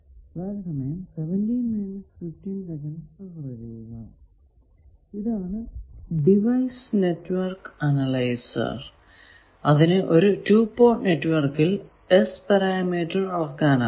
ഇതാണ് device network analyser അതിനു ഒരു 2 പോർട്ട് നെറ്റ്വർക്കിൽ S പാരാമീറ്റർ അളക്കാനാകും